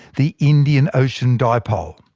the indian ocean dipole.